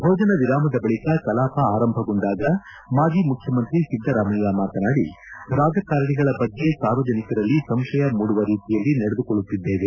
ಭೋಜನ ವಿರಾಮಬಳಕ ಕಲಾಪ ಆರಂಭಗೊಂಡಾಗ ಮಾಜಿ ಮುಖ್ಯ ಮಂತ್ರಿ ಸಿದ್ದರಾಮಯ್ಯ ಮಾತನಾಡಿ ರಾಜಕಾರಣಿಗಳ ಬಗ್ಗೆ ಸಾರ್ವಜನಿಕರಲ್ಲಿ ಸಂಶಯ ಮೂಡುವ ರೀತಿಯಲ್ಲಿ ನಡೆದುಕೊಳ್ಳುತ್ತಿದ್ದೆವೆ